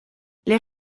les